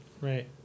right